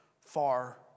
far